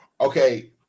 Okay